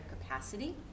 capacity